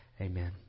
Amen